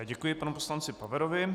Děkuji panu poslanci Paverovi.